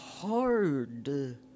Hard